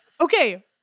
Okay